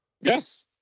Yes